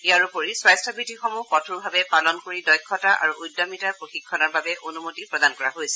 ইয়াৰোপৰি স্বাস্থবিধিসমূহ কঠোৰভাৱে পালন কৰি দক্ষতা আৰু উদ্যমিতাৰ প্ৰশিক্ষণৰ বাবে অনুমতি প্ৰদান কৰা হৈছে